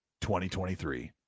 2023